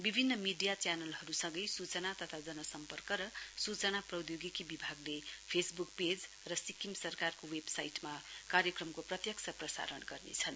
विभिन्न मिडिया च्यानलहरु संगै सूचना तथा जन सम्पर्क र सूचना प्रौधोगिको विभागले फेसबुक पेज र सिक्किम सरकारको वेबसाइटमा कार्यक्रमको प्रत्यक्ष प्रसारण गर्नेछन्